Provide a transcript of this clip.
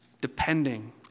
depending